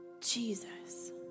Jesus